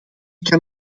kan